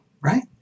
right